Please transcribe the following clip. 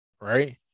right